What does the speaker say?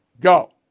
Go